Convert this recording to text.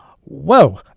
Whoa